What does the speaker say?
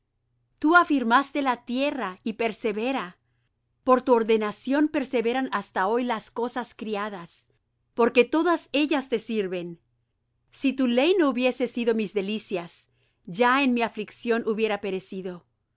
tú afirmaste la tierra y persevera por tu ordenación perseveran hasta hoy las cosas criadas porque todas ellas te sirven si tu ley no hubiese sido mis delicias ya en mi aflicción hubiera perecido